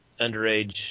underage